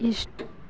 ಎಷ್ಟು